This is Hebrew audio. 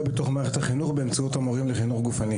בתוך מערכת החינוך באמצעות המורים לחינוך גופני